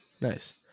Nice